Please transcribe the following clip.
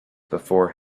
before